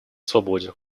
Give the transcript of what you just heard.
свободе